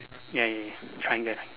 ya ya ya triangle